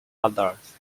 others